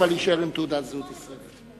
אבל להישאר עם תעודת זהות ישראלית.